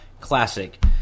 classic